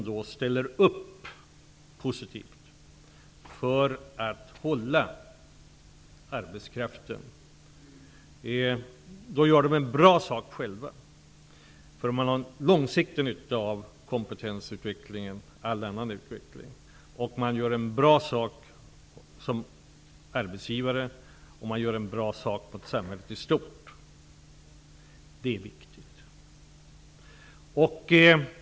Då gör de en bra sak för sig själva, för man har långsiktig nytta av kompetensutveckling och all annan utveckling. Man gör en bra sak som arbetsgivare, och man gör en bra sak för samhället i stort. Det är viktigt.